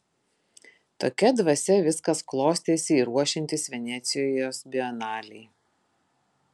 tokia dvasia viskas klostėsi ir ruošiantis venecijos bienalei